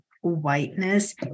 whiteness